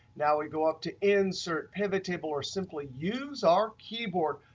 now we go up to insert pivot table or simply use our keyboard,